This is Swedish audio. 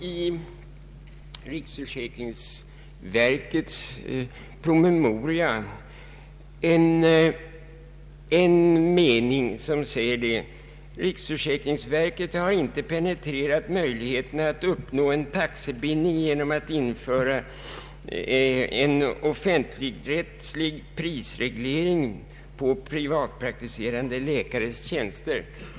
I riksförsäkringsverkets promemoria finns dessutom en mening, som säger att riksförsäkringsverket inte har penetrerat möjligheterna att uppnå en taxebindning genom att införa en offentligrättslig prisreglering på privatpraktiserande läkares tjänster.